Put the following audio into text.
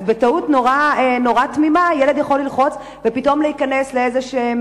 אז בטעות נורא תמימה ילד יכול ללחוץ ופתאום להיכנס לאתרים כלשהם,